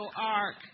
ark